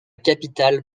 capitale